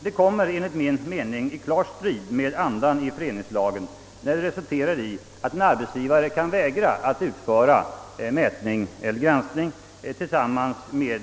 Det kommer emellertid enligt min mening i klar strid med andan i föreningsrättslagen, när det resulterar i att en arbetsgivare kan vägra att utföra mätning eller granskning tillsammans med